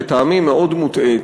לטעמי מאוד מוטעית,